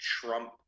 Trump